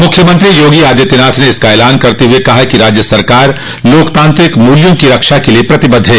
मुख्यमंत्री योगी आदित्यनाथ ने आज इसका ऐलान करते हुए कहा कि राज्य सरकार लोकतांत्रिक मूल्यों की रक्षा के लिए प्रतिबद्ध है